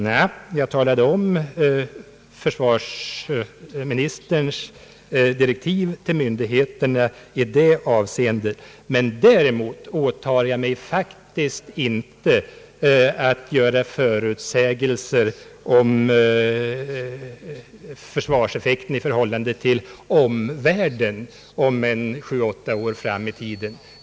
Nej, jag redogjorde för försvarsministerns direktiv till myndigheterna i det avseendet. Däremot åtar jag mig inte att göra förutsägelser om försvarseffekten i förhållande till omvärlden sju—åtta år framåt i tiden.